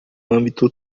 âmbito